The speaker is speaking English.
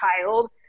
child